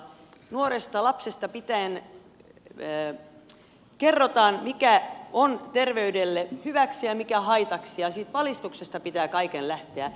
nuoresta lapsesta pitäen kerrotaan mikä on terveydelle hyväksi ja mikä haitaksi ja siitä valistuksesta pitää kaiken lähteä